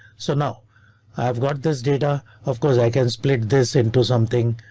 so now i've got this data. of course i can split this into something.